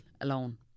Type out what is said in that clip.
alone